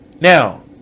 Now